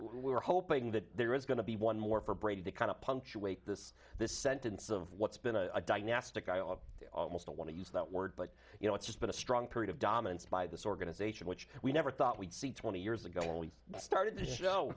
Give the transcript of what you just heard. we're hoping that there is going to be one more for brady to kind of punctuate this this sentence of what's been a dynastic i ought to want to use that word but you know it's just been a strong period of dominance by this organization which we never thought we'd see twenty years ago when we started the show